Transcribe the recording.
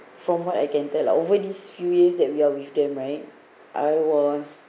from what I can tell lah over these few years that we are with them right I was